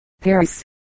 Paris